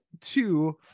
two